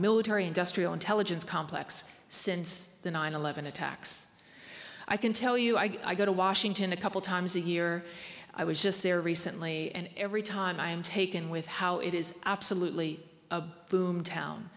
military industrial intelligence complex since the nine eleven attacks i can tell you i go to washington a couple times a year i was just there recently and every time i am taken with how it is absolutely a boom town